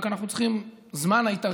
אנחנו רק צריכים זמן התארגנות,